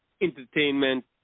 entertainment